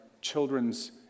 children's